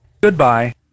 goodbye